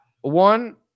One